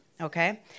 okay